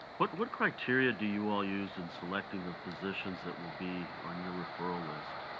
what what criteria do you all use in selecting the physicians that will be on your referral list?